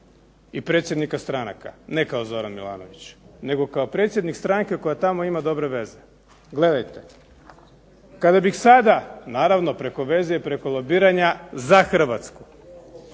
i predsjednika stranaka. Ne kao Zoran Milanović nego kao predsjednik stranke koja tamo ima dobre veze. Gledajte, kada bih sada, naravno preko veze i preko lobiranja za Hrvatsku,